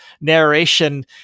narration